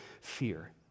fear